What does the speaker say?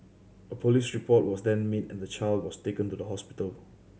a police report was then made and the child was taken to the hospital